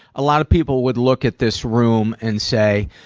a lot of people would look at this room and say,